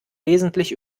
wesentlich